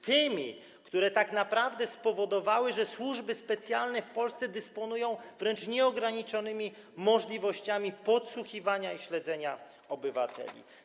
Tymi, które tak naprawdę spowodowały, że służby specjalne w Polsce dysponują wręcz nieograniczonymi możliwościami podsłuchiwania i śledzenia obywateli.